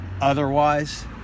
otherwise